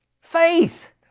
Faith